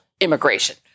immigration